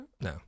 No